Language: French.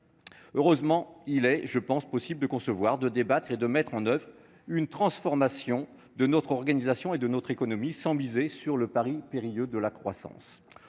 Heureusement, il me semble possible de concevoir, de débattre et de mettre en oeuvre une transformation de notre organisation et de notre économie sans miser sur le pari périlleux de la croissance.